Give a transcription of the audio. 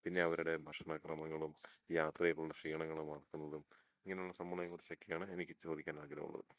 പിന്നെ അവരുടെ ഭക്ഷണ ക്രമങ്ങളും യാത്രയിലുള്ള ക്സീണങ്ങൾ മറക്കുന്നതും ഇങ്ങനെയുള്ള സംഭവങ്ങളെ കുറിച്ചൊക്കെയാണ് എനിക്ക് ചോദിക്കാൻ ആഗ്രഹമുള്ളത്